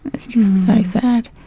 it's just so sad